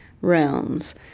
realms